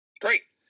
Great